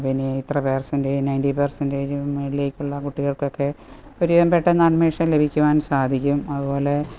പിന്നെ ഇത്ര percentage ninety percentage മുകളിലേക്കുള്ള കുട്ടികൾക്കൊക്കെ ഒരുവിധം പെട്ടെന്ന് അഡ്മിഷൻ ലഭിക്കുവാൻ സാധിക്കും അതുപോലെ